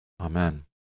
Amen